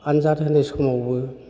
आन्जाद होनाय समावबो